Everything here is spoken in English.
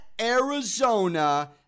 Arizona